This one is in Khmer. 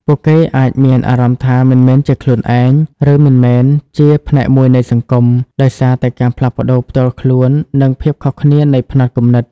ពួកគេអាចមានអារម្មណ៍ថា មិនមែនជាខ្លួនឯង ឬមិនមែនជាផ្នែកមួយនៃសង្គម ដោយសារតែការផ្លាស់ប្តូរផ្ទាល់ខ្លួន និងភាពខុសគ្នានៃផ្នត់គំនិត។